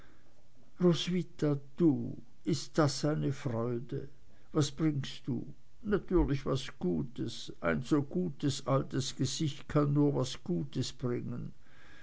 ist das eine freude was bringst du natürlich was gutes ein so gutes altes gesicht kann nur was gutes bringen